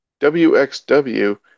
WXW